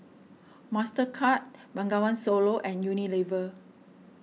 Mastercard Bengawan Solo and Unilever